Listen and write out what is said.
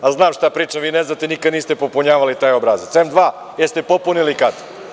Znam šta pričam, vi ne znate, nikada niste popunjavali taj obrazac, M2, da li ste popunili kad?